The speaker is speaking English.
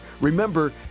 Remember